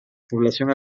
población